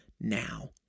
now